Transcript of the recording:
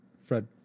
Fred